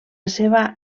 seva